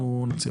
אנחנו נציע.